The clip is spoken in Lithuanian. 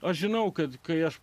aš žinau kad kai aš